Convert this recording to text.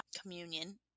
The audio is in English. communion